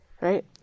Right